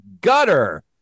Gutter